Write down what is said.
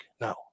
No